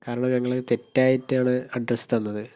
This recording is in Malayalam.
കാരണം ഞങ്ങൾ തെറ്റായിട്ടാണ് അഡ്രസ്സ് തന്നത്